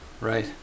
right